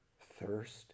thirst